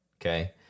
okay